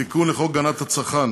תיקון לחוק הגנת הצרכן